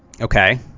okay